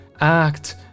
act